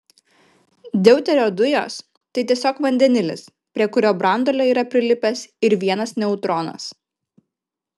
deuterio dujos tai tiesiog vandenilis prie kurio branduolio yra prilipęs ir vienas neutronas